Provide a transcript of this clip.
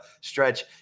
stretch